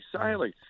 sailing